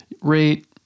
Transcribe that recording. rate